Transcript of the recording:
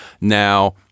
Now